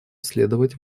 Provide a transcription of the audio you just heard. следовать